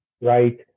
right